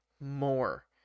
more